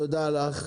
תודה לך.